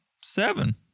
Seven